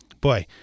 Boy